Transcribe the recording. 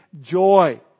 joy